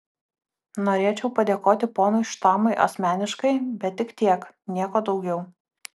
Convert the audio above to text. norėčiau padėkoti ponui štamui asmeniškai bet tik tiek nieko daugiau